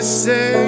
say